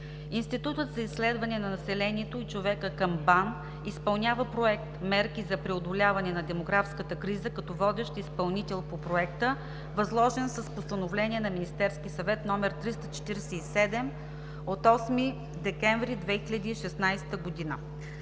Институтът за изследване на населението и човека към БАН изпълнява проект „Мерки за преодоляване на демографската криза“, като водещ изпълнител по проекта, възложен с Постановление на Министерския съвет № 347 от 8 декември 2016 г.